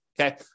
okay